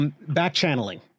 Back-channeling